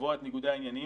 לקבוע את ניגודי העניינים,